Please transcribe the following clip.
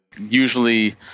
usually